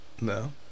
No